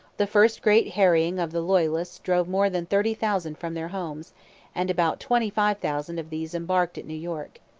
the first great harrying of the loyalists drove more than thirty thousand from their homes and about twenty-five thousand of these embarked at new york.